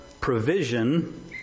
Provision